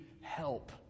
help